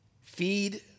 feed